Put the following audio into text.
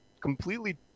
completely